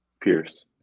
Pierce